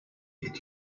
est